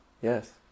Yes